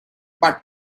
but